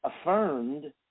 affirmed